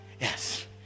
yes